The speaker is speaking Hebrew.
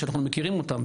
שאנחנו מכירים אותם,